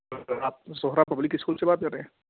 سر آپ Zohra public school سے بات کر رہے ہیں